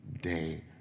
day